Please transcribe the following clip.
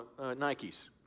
Nikes